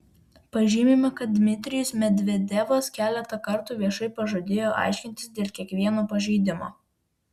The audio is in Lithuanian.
pažymima kad dmitrijus medvedevas keletą kartų viešai pažadėjo aiškintis dėl kiekvieno pažeidimo